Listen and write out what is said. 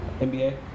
NBA